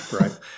right